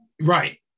Right